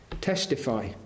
Testify